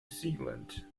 zealand